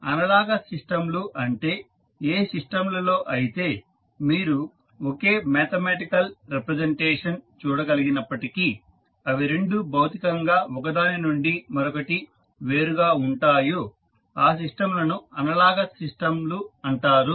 కావున అనలాగస్ సిస్టంలు అంటే ఏ సిస్టంలలో అయితే మీరు ఒకే మ్యాథమెటికల్ రిప్రజెంటేషన్ చూడ కలిగినప్పటికీ అవి రెండు భౌతికంగా ఒకదానినుండి మరోటి వేరుగా ఉంటాయో ఆ సిస్టంలను అనలాగస్ సిస్టంలు అంటారు